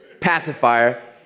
pacifier